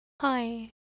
hi